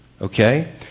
okay